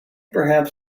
perhaps